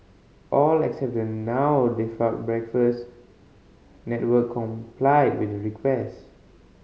all except the now defunct Breakfast Network complied with the request